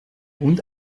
und